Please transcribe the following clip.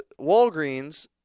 Walgreens